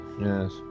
Yes